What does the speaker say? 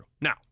Now